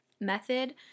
method